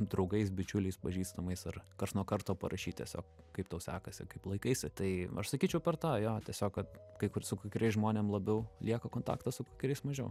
draugais bičiuliais pažįstamais ar karts nuo karto parašyt tiesiog kaip tau sekasi kaip laikaisi tai aš sakyčiau per tą jo tiesiog kad kai kur su kai kuriais žmonėm labiau lieka kontaktas su kuriais mažiau